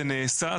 זה נעשה,